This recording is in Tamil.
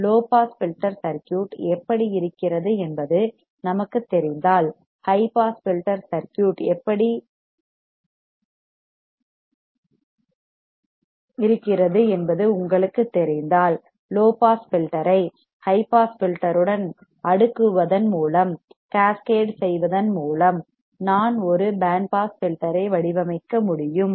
லோ பாஸ் ஃபில்டர் சர்க்யூட் எப்படி இருக்கிறது என்பது நமக்குத் தெரிந்தால் ஹை பாஸ் ஃபில்டர் சர்க்யூட் எப்படி இருக்கிறது என்பது உங்களுக்குத் தெரிந்தால் லோ பாஸ் ஃபில்டர் ஐ ஹை பாஸ் ஃபில்டர் உடன் அடுக்குவதன் கேஸ் கேட் செய்வதன் மூலம் நாம் ஒரு பேண்ட் பாஸ் ஃபில்டர் ஐ வடிவமைக்க முடியும்